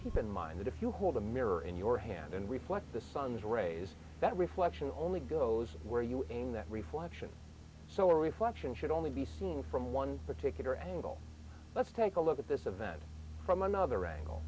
keep in mind that if you hold a mirror in your hand and reflect the sun's rays that reflection on the goes where you aim that reflection so a reflection should only be seen from one particular angle let's take a look at this event from another angle